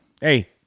Hey